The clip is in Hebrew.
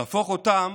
להפוך אותם